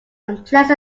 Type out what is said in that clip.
unpleasant